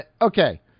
Okay